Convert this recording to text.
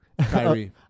Kyrie